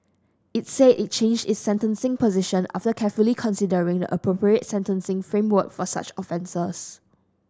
it said it changed its sentencing position after carefully considering the appropriate sentencing framework for such offences